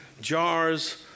jars